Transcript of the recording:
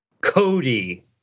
Cody